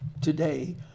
today